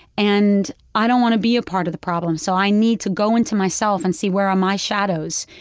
and i don't want to be a part of the problem, so i need to go into myself and see where are my shadows.